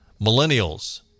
millennials